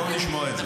טוב לשמוע את זה.